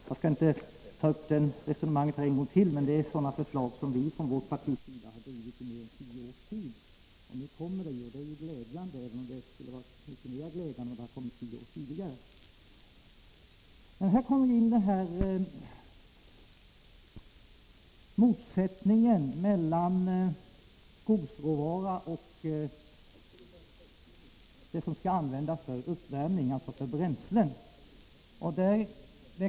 Jag skall inte ta upp det resonemanget en gång till, men det har nu kommit sådana förslag som vi från vårt partis sida har drivit i mer än tio års tid. Det är glädjande att de kommer nu, även om det skulle ha varit mera glädjande om de hade kommit tio år tidigare. Det finns en motsättning mellan skogsråvara och det som skall användas för uppvärmning, dvs. som bränsle.